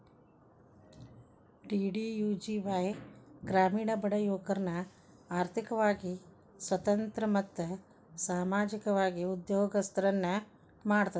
DDUGKY ಗ್ರಾಮೇಣ ಬಡ ಯುವಕರ್ನ ಆರ್ಥಿಕವಾಗಿ ಸ್ವತಂತ್ರ ಮತ್ತು ಸಾಮಾಜಿಕವಾಗಿ ಉದ್ಯೋಗಸ್ತರನ್ನ ಮಾಡ್ತದ